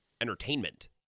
entertainment